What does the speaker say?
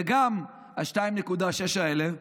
וגם ה-2.6% האלה,